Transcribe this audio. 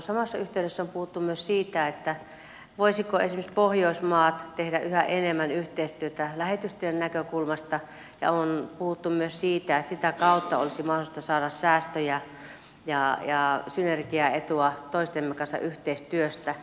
samassa yhteydessä on puhuttu myös siitä voisivatko esimerkiksi pohjoismaat tehdä yhä enemmän yhteistyötä lähetystöjen näkökulmasta ja on puhuttu myös siitä että sitä kautta olisi mahdollista saada säästöjä ja synergiaetua toistemme kanssa tehtävästä yhteistyöstä